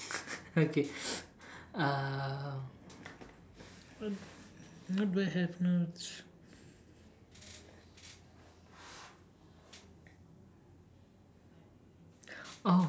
okay uh